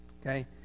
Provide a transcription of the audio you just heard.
Okay